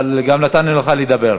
אבל גם נתנו לך לדבר.